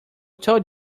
told